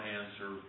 answer